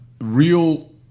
real